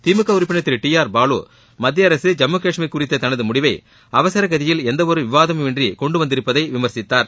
திமுக உறுப்பினர் திரு டி ஆர் பாலு மத்திய அரசு ஜம்மு கஷ்மீர் குறித்த தனது முடிவை அவசர கதியில் எந்தவொரு விவாதமும் இன்றி கொண்டுவந்திருப்பதை விமர்சித்தார்